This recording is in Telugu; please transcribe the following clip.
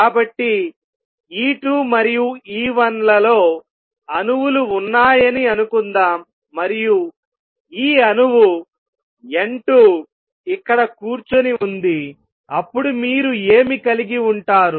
కాబట్టి E2 మరియు E1 లలో అణువులు ఉన్నాయని అనుకుందాం మరియు ఈ అణువు N2 ఇక్కడ కూర్చుని ఉంది అప్పుడు మీరు ఏమి కలిగి ఉంటారు